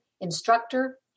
instructor